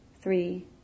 Three